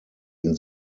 ihn